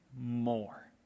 more